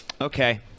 okay